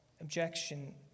objection